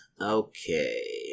Okay